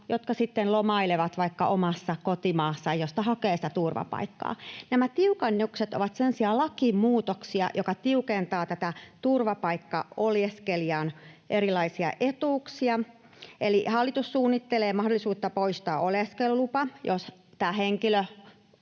sitten lomailevat vaikka omassa kotimaassaan, josta hakevat sitä turvapaikkaa. Nämä tiukennukset ovat sen sijaan lakimuutoksia, jotka tiukentavat tämän turvapaikkaoleskelijan erilaisia etuuksia. Eli hallitus suunnittelee mahdollisuutta poistaa oleskelulupa, jos tämä henkilö